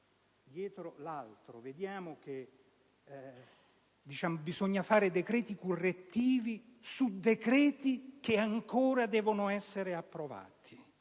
dietro l'altro: bisogna varare decreti correttivi di decreti che ancora devono essere approvati!